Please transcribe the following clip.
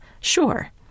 Sure